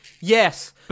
yes